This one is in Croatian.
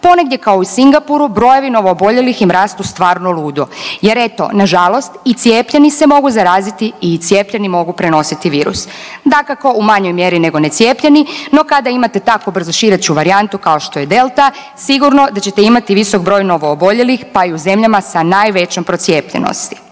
Ponegdje kao u Singapuru brojevi novooboljelih im rastu stvarno ludo jer eto nažalost i cijepljeni se mogu zaraziti i cijepljeni mogu prenositi virus, dakako u manjoj mjeri nego necijepljeni no kada imate tako brzošireću varijantu kao što je Delta sigurno da ćete imati visoki broj novooboljeli pa i u zemljama sa najvećom procijepljenosti.